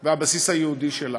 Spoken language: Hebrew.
לבסיס היהודי שלה.